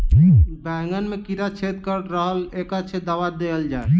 बैंगन मे कीड़ा छेद कऽ रहल एछ केँ दवा देल जाएँ?